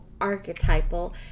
archetypal